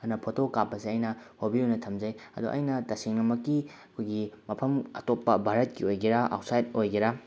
ꯑꯗꯨꯅ ꯐꯣꯇꯣ ꯀꯥꯞꯄꯁꯦ ꯑꯩꯅ ꯍꯣꯕꯤ ꯑꯣꯏꯅ ꯊꯝꯖꯩ ꯑꯗꯣ ꯑꯩꯅ ꯇꯁꯦꯡꯅꯃꯛꯀꯤ ꯑꯩꯈꯣꯏꯒꯤ ꯃꯐꯝ ꯑꯇꯣꯞꯄ ꯚꯥꯔꯠꯀꯤ ꯑꯣꯏꯒꯦꯔ ꯑꯥꯎꯠꯁꯥꯏꯠ ꯑꯣꯏꯒꯦꯔ